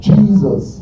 Jesus